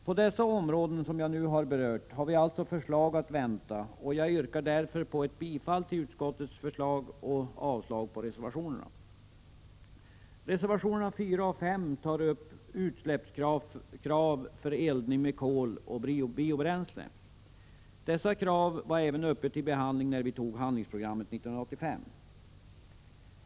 På de områden som jag nu har berört har vi alltså förslag att vänta, och jag yrkar därför bifall till utskottets förslag och avslag på reservationerna. Reservationerna 4 och 5 tar upp utsläppskrav för eldning med kol och med biobränsle. Dessa krav var uppe till behandling även när vi antog handlingsprogrammet 1985.